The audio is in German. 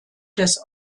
des